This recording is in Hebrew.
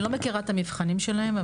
אני לא מכירה את המבחנים שלהם,